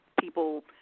people